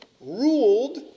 ruled